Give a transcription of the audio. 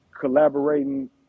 collaborating